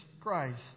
Christ